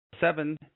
seven